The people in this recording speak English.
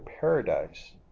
paradise